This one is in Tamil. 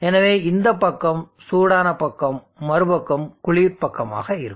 எனவே இந்த பக்கம் சூடான பக்கம்மறுபக்கம் குளிர் பக்கமாக இருக்கும்